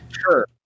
Sure